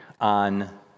on